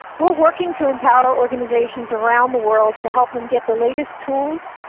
we are working to empower organizations around the world to help them get the latest tools,